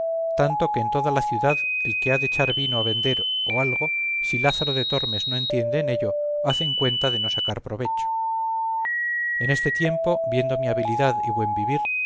tanto que en toda la ciudad el que ha de echar vino a vender o algo si lázaro de tormes no entiende en ello hacen cuenta de no sacar provecho en este tiempo viendo mi habilidad y buen vivir